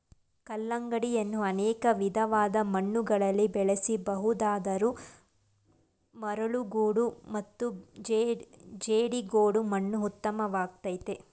ಕಲ್ಲಂಗಡಿಯನ್ನು ಅನೇಕ ವಿಧವಾದ ಮಣ್ಣುಗಳಲ್ಲಿ ಬೆಳೆಸ ಬಹುದಾದರೂ ಮರಳುಗೋಡು ಮತ್ತು ಜೇಡಿಗೋಡು ಮಣ್ಣು ಉತ್ತಮವಾಗಯ್ತೆ